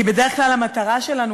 כי בדרך כלל המטרה שלנו,